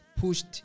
pushed